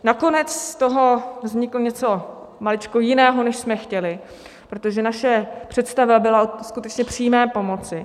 Nakonec z toho vzniklo něco maličko jiného, než jsme chtěli, protože naše představa byla skutečně o přímé pomoci.